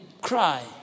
cry